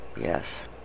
Yes